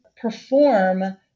perform